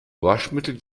waschmittel